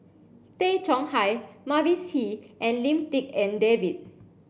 Tay Chong Hai Mavis Hee and Lim Tik En David